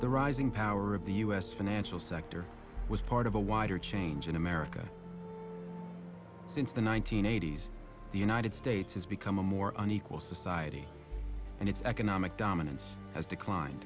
the rising power of the us financial sector was part of a wider change in america since the one nine hundred eighty s the united states has become a more unequal society and its economic dominance has declined